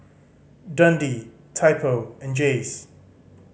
Dundee Typo and Jays